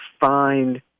find